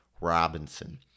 Robinson